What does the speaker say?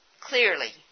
clearly